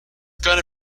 gonna